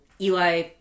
Eli